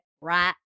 right